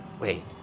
wait